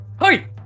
hi